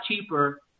cheaper